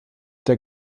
der